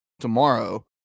tomorrow